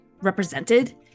represented